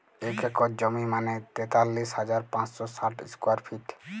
এক একর জমি মানে তেতাল্লিশ হাজার পাঁচশ ষাট স্কোয়ার ফিট